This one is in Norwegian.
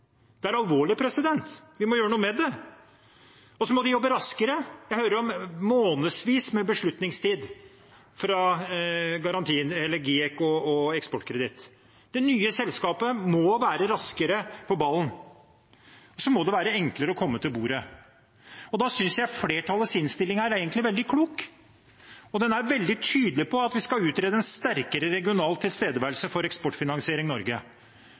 Det er alvorlig, vi må gjøre noe med det. Så må de jobbe raskere. Jeg hører om månedsvis med beslutningstid fra GIEK og Eksportkreditt. Det nye selskapet må være raskere på ballen, og det må være enklere å komme til bordet. Jeg syns flertallets innstilling her egentlig er veldig klok. Den er veldig tydelig på at vi skal utrede en sterkere regional tilstedeværelse for Eksportfinansiering Norge.